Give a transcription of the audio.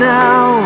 now